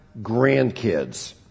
grandkids